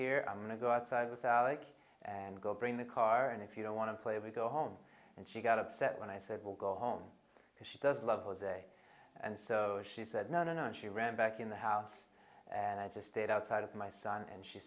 here i'm going to go outside without like and go bring the car and if you don't want to play we go home and she got upset when i said we'll go home because she doesn't love jose and so she said no no no and she ran back in the house and i just stayed outside of my son and she